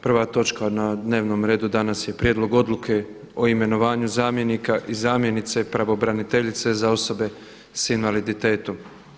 Prva točka na dnevnom redu danas je: - Prijedlog odluke o imenovanju zamjenika i zamjenice pravobraniteljice za osobe s invaliditetom.